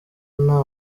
nta